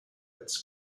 its